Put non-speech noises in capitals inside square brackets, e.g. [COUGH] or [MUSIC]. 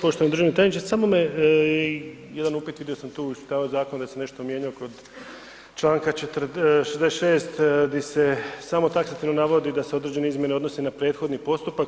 Poštovani državni tajniče, samo me jedan upit, vidio sam tu, ... [UNINTELLIGIBLE] zakon da se nešto mijenjalo kod članka 66. gdje se samo taksativno navodi da se određene izmjene odnose na prethodni postupak.